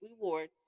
rewards